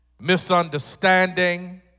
Misunderstanding